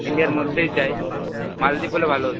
ইন্ডিয়ার মধ্যেই চাই মালদ্বীপ হলে ভালো হতো